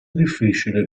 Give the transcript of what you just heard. difficile